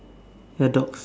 ya dogs